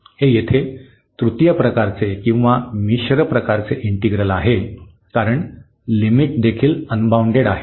हे येथे तृतीय प्रकारचे किंवा मिश्र प्रकारचे इंटिग्रल आहे कारण लिमिट देखील अनबाउंडेड आहे